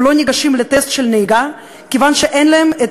הם לא ניגשים לטסט בנהיגה מכיוון שאין להם את